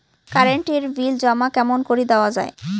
Current এর bill জমা কেমন করি দেওয়া যায়?